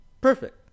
Perfect